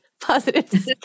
positive